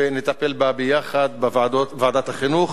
ונטפל בה יחד בוועדת החינוך,